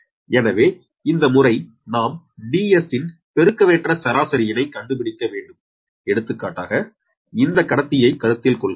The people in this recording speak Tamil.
எனவே இந்த முறை நாம் Ds ன் பெருக்கவேற்ற சராசரியினை கண்டுபிடிக்க வேண்டும் எடுத்துக்காட்டாக இந்த கடத்தியை கருத்தில் கொள்க